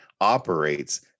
operates